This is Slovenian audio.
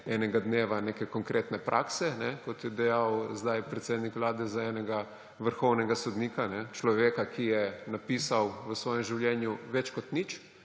enega dneva neke konkretne prakse, kot je dejal zdaj predsednik Vlade za enega vrhovnega sodnika, človeka, ki je napisal v svojem življenju več kot nič